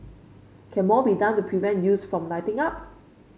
can more be done to prevent youths from lighting up